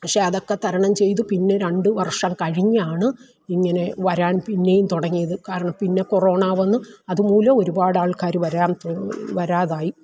പക്ഷെ അതൊക്കെ തരണം ചെയ്ത് പിന്നെ രണ്ട് വർഷം കഴിഞ്ഞാണ് ഇങ്ങനെ വരാൻ പിന്നെയും തുടങ്ങിയത് കാരണം പിന്നെ കൊറോണ വന്നു അതും മൂലം ഒരുപാട് ആൾക്കാര് വരാൻ വരാതായി